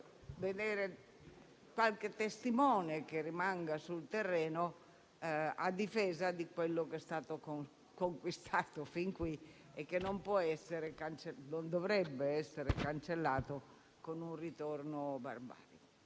avere qualche testimone che rimanga sul terreno a difesa di quello che è stato conquistato fin qui e che non dovrebbe essere cancellato con un ritorno barbarico.